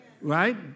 Right